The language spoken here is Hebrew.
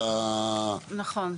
נכון.